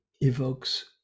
evokes